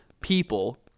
people